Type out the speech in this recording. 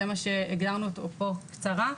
זה מה שהגדרנו תקופת ריסון קצרה,